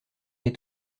est